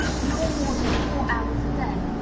nor more than four hours a day.